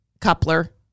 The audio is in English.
coupler